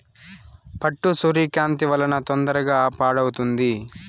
పట్టు సూర్యకాంతి వలన తొందరగా పాడవుతుంది